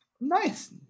Nice